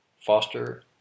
foster